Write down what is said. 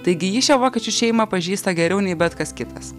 taigi ji šią vokiečių šeimą pažįsta geriau nei bet kas kitas